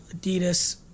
Adidas